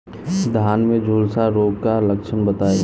धान में झुलसा रोग क लक्षण बताई?